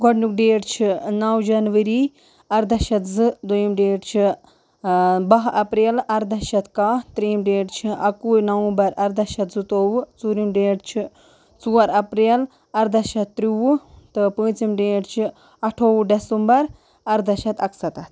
گۄڈٕنیٛک ڈیٹ چھُ نَو جنؤری اَردَہ شیٚتھ زٕ دوٚیم ڈیٹ چھُ اۭں باہ اپریل اَردَہ شیٚتھ کاہ ترٛییِم ڈیٹ چھُ اَکوُہ نَومبر اَردَہ شیٚتھ زٕتووُہ ژوٗرِم ڈیٹ چھُ ژور اَپریل اَردَہ شیٚتھ ترٛیٚووُہ تہٕ پٲنٛژِم ڈیٹ چھُ اَٹھووُہ دسمبر اَردَہ شیٚتھ اَکہٕ سَتتھ